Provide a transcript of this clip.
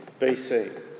BC